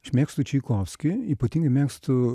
aš mėgstu čaikovskį ypatingai mėgstu